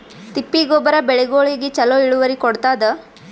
ತಿಪ್ಪಿ ಗೊಬ್ಬರ ಬೆಳಿಗೋಳಿಗಿ ಚಲೋ ಇಳುವರಿ ಕೊಡತಾದ?